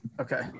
Okay